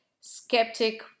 skeptic